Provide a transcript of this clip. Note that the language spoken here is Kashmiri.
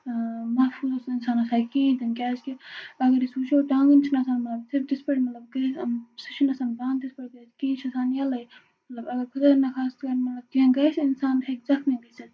محفوظ اوس نہٕ اِنسان آسان کِہیٖنۍ تہِ نہٕ کیٛازِکہِ اَگر أسۍ وٕچھو ٹانٛگن چھِنہٕ آسان مطلب تِتھ پٲٹھۍ مطلب کٔرِتھ یِم سُہ چھُنہٕ آسان بنٛد تِتھ پٲٹھۍ کٔرِتھ کِہیٖنۍ یہِ چھُ آسان یَلَے مطلب اَگر خُدانخواستہ مطلب کیٚنٛہہ گَژھِ اِنسان ہیٚکہِ زخمی گٔژھِتھ